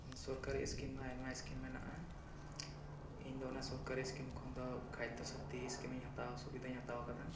ᱥᱚᱨᱠᱟᱨᱤ ᱤᱥᱠᱤᱢ ᱢᱟ ᱟᱭᱢᱟ ᱤᱥᱠᱤᱢ ᱢᱮᱱᱟᱜᱼᱟ ᱤᱧ ᱫᱚ ᱚᱱᱟ ᱥᱚᱨᱠᱟᱨᱤ ᱤᱥᱠᱤᱢ ᱠᱷᱚᱱ ᱫᱚ ᱠᱷᱟᱫᱽᱫᱭᱚ ᱥᱟᱛᱷᱤ ᱤᱥᱠᱤᱢ ᱥᱩᱵᱤᱫᱟ ᱤᱧ ᱦᱟᱛᱟᱣ ᱟᱠᱟᱫᱟ